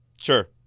Sure